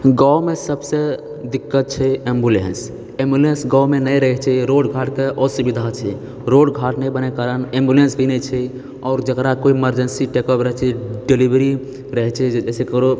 गाँवमे सबसँ दिक्कत छै एम्बुलेंस एम्बुलेंस गाँवमे नहि रहैत छै रोड बाटके असुविधा छै रोड बाट नहि बनैके कारण एम्बुलेंस भी नहि छै आओर जकरा कोइ मरजेंसी रहैत छै डिलेवरी रहैत छै जैसे ककरो